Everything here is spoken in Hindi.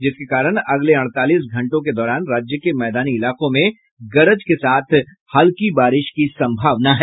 जिसके कारण अगले अड़तालीस घंटों के दौरान राज्य के मैदानी इलाकों में गरज के साथ हल्की बारिश की सम्भावना है